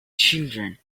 children